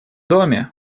доме